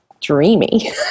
dreamy